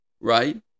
right